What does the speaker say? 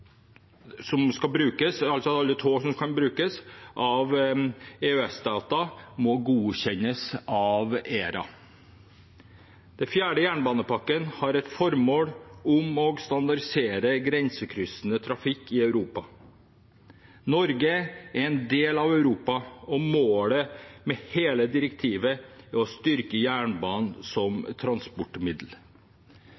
alle tog som skal brukes av EØS-stater, må godkjennes av ERA. Den fjerde jernbanepakken har som formål å standardisere grensekryssende trafikk i Europa. Norge er en del av Europa, og målet med hele direktivet er å styrke jernbanen som